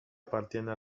appartiene